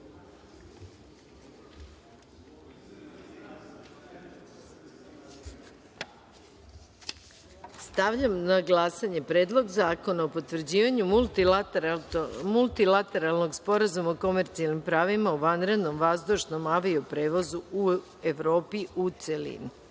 zakona. Stavljam na glasanje Predlog zakona o potvrđivanju Multilateralnog sporazuma o komercijalnim pravima u vanrednom vazdušnom avio-prevozu u Evropi, u